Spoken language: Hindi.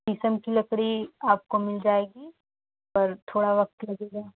शीशम की लकड़ी आपको मिल जाएगी पर थोड़ा वक्त लगेगा